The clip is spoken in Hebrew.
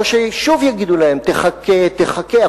או ששוב יגידו להם: תחכה, תחכה?